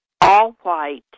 all-white